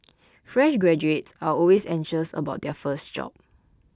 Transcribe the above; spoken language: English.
fresh graduates are always anxious about their first job